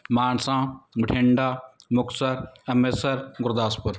Mansa Bathinda Muktsar Amritsar Gurdaspur